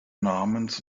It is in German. namens